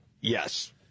Yes